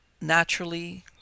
naturally